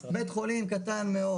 בית חולים קטן מאוד,